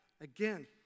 again